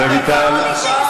רויטל,